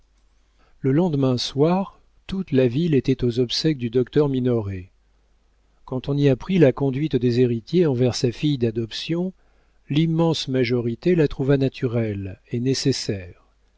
le lendemain soir toute la ville était aux obsèques du docteur minoret quand on y apprit la conduite des héritiers envers sa fille d'adoption l'immense majorité la trouva naturelle et nécessaire